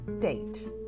date